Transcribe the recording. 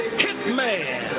hitman